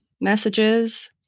messages